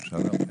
שלום.